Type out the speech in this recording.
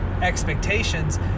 expectations